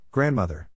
Grandmother